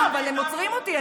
לא, אבל הם עוצרים אותי.